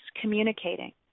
communicating